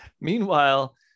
Meanwhile